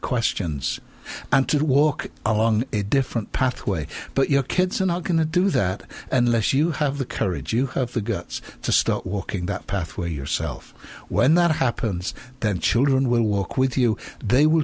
questions and to walk along a different pathway but your kids are not going to do that unless you have the courage you have the guts to start walking that pathway yourself when that happens then children will walk with you they will